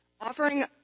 Offering